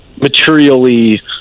materially